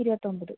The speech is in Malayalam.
ഇരുപത്തൊമ്പത്